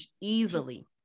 easily